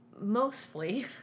mostly